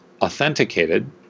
authenticated